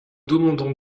demandons